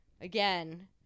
again